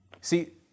See